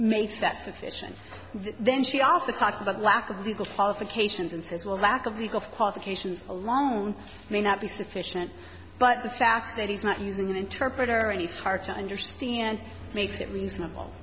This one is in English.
makes that sufficient then she also talks about lack of legal qualifications and says well lack of the gulf qualifications alone may not be sufficient but the fact that he's not using an interpreter and he's hard to understand makes it reasonable